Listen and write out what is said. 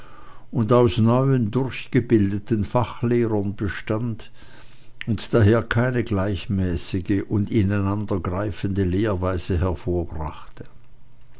und aus neuen durchgebildeten fachlehrern bestand und daher keine gleichmäßige und ineinandergreifende lehrweise hervorbrachte